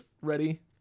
Ready